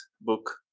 book